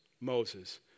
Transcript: Moses